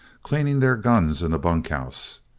cleaning their guns in the bunkhouse.